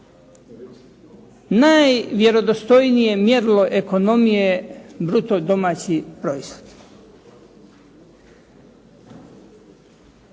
Najvjerodostojnije mjerilo ekonomije bruto domaći proizvod.